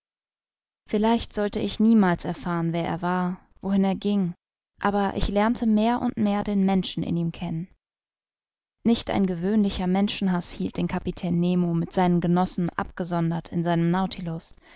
vielleicht sollte ich niemals erfahren wer er war wohin er ging aber ich lernte mehr und mehr den menschen in ihm kennen nicht ein gewöhnlicher menschenhaß hielt den kapitän nemo mit seinen genossen abgesondert in seinem